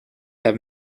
have